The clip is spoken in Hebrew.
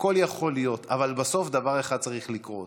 הכול יכול להיות, אבל בסוף דבר אחד צריך לקרות: